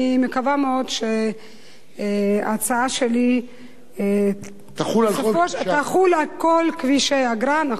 אני מקווה מאוד שההצעה שלי תחול על כל כבישי האגרה.